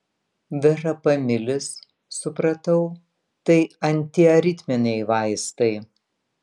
verapamilis supratau tai antiaritminiai vaistai